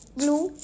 blue